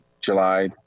July